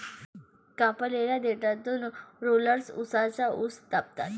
कापलेल्या देठातून रोलर्स उसाचा रस दाबतात